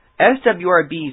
SWRB's